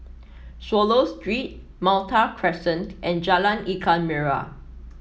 Swallow Street Malta Crescent and Jalan Ikan Merah